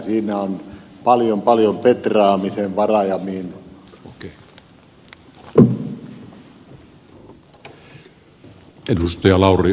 siinä on paljon paljon petraamisen varaa